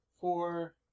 Four